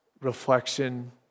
reflection